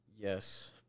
Yes